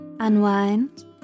Unwind